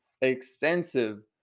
extensive